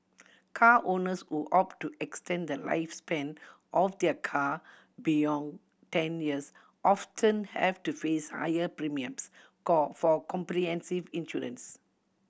car owners who opt to extend the lifespan of their car beyond ten years often have to face higher premiums for comprehensive insurance